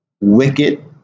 wicked